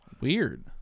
Weird